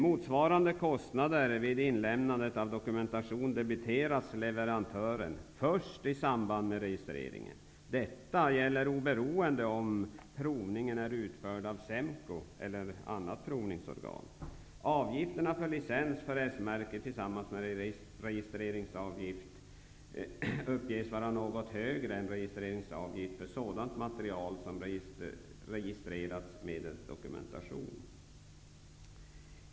Motsvarande kostnad vid inlämnande av dokumentation debiteras leverantören först i samband med registreringen. Detta gäller oberoende om provningen är utförd av SEMKO eller något annat provningsorgan. Avgifterna på licens för S-märke tillsammans med registreringsavgift uppges vara något högre än registreringsavgift för sådant material som registrerats medelst dokumentation.